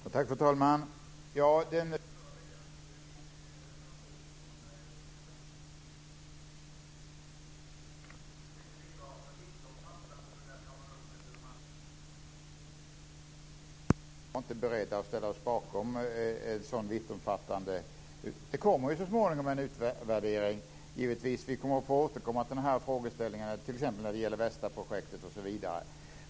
Fru talman! Reservationen från Vänsterpartiet i förra veckan när det gäller budgetprocessens utvärdering tyckte vi var för vittomfattande, och vi var inte beredda att ställa oss bakom en så vittomfattande reservation. Det kommer givetvis så småningom en utvärdering. Och vi kommer att få återkomma till dessa frågeställningar, t.ex. när det gäller Vestaprojektet osv.